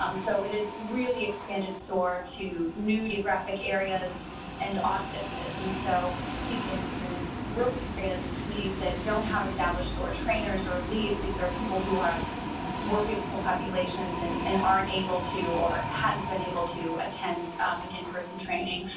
um so it has really expanded soar to new geographic areas and audiences. and so people in rural areas and communities that don't have established soar trainers or leads, or people who are working so populations and and aren't able to or hadn't been able to attend an in-person training,